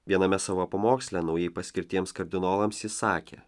viename savo pamoksle naujai paskirtiems kardinolams jis sakė